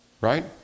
Right